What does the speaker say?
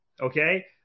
Okay